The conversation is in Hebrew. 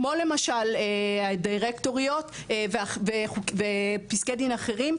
כמו למשל הדירקטוריות ופסקי דין אחרים,